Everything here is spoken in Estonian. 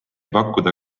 pakkuda